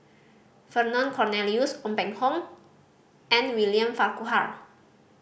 Vernon Cornelius Ong Peng Hock and William Farquhar